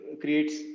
creates